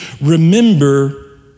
remember